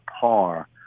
par